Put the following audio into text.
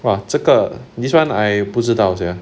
哇这个 this one I 不知道 sia